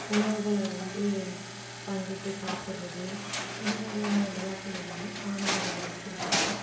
உணவுகளை வந்து பங்கிட்டு சாப்பிட்றது இந்த மாதிரியான விழாக்கள் எல்லாம் காணும் பொங்கல் அன்னைக்கி நடக்கும்